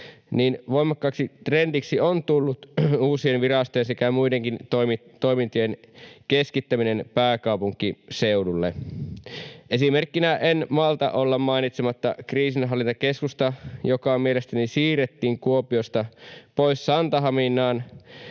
niin voimakkaaksi trendiksi on tullut uusien virastojen sekä muidenkin toimintojen keskittäminen pääkaupunkiseudulle. Esimerkkinä en malta olla mainitsematta Kriisinhallintakeskusta, joka mielestäni siirrettiin Kuopiosta pois Santahaminaan